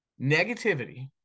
negativity